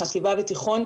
חטיבה ותיכון.